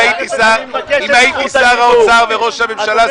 אם הייתי שר האוצר וראש הממשלה,